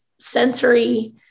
Sensory